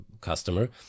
customer